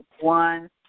one